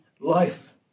life